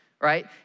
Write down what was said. right